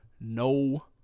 No